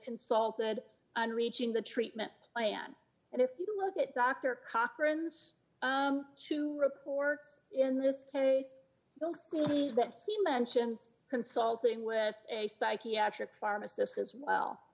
consulted on reaching the treatment plan and if you look at dr cochrane's two reports in this case you'll see that he mentions consulting with a psychiatric pharmacist as well